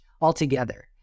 altogether